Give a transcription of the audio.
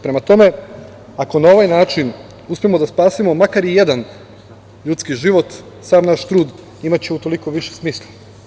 Prema tome, ako na ovaj način uspemo da spasimo makar i jedan ljudski život sav naš trud imaće u toliko više smisla.